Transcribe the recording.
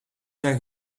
zijn